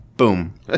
Boom